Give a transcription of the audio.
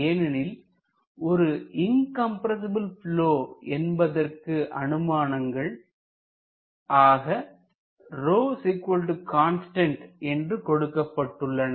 ஏனெனில் ஒரு incompressible flow என்பதற்கு அனுமானங்கள் ஆக ρ constant என்று கொடுக்கப்பட்டுள்ளன